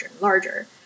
larger